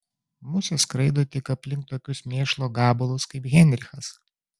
musės skraido tik aplink tokius mėšlo gabalus kaip heinrichas